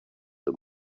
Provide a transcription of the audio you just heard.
the